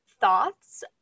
thoughts